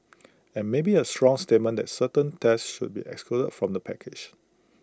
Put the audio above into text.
and maybe A strong statement that certain tests should be excluded from the package